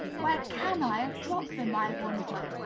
where can i have dropped them, i wonder?